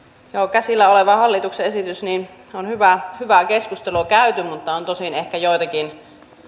käsillä olevasta hallituksen esityksestä on hyvää keskustelua käyty mutta on tosin ehkä joitakin